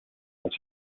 was